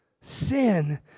sin